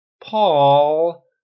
Paul